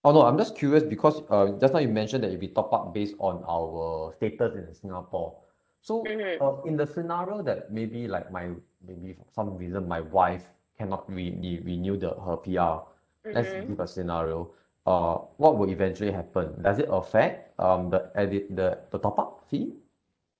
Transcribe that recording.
oh no I'm just curious because uh just now you mentioned that it'll be top up based on our status in the singapore so um in the scenario that maybe like my maybe for some reason my wife cannot rene~ renew the her P_R let's give a scenario uh what will eventually happen does it affect um the edu~ the the top up fee